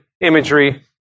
imagery